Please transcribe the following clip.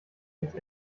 jetzt